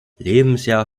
lebensjahr